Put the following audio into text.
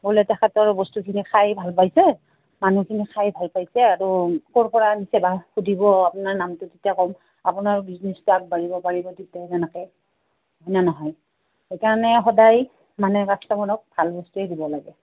বোলে তেখেতৰ বস্তুখিনি খাই ভাল পাইছে মানুহখিনি খাই ভাল পাইছে আৰু ক'ৰ পৰা আনিছে বা সুধিব আপোনাৰ নামটো তেতিয়া ক'ম আপোনাৰ বিজনেচটো আগবাঢ়িব পাৰিব তেতিয়া তেনেকে হয়নে নহয় সেইকাৰণে সদায় মানে কাষ্টমাৰক ভাল বস্তুৱেই দিব লাগে